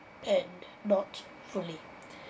and not fully